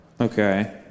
Okay